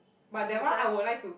but that one I would like to